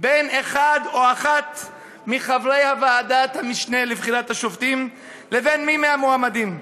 בין אחד או אחת מחברי ועדת המשנה לבחירת השופטים לבין מי מהמועמדים.